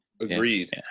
Agreed